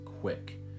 quick